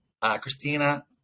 Christina